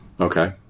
Okay